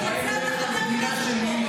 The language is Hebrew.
לכן אתה חבר כנסת פה.